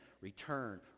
Return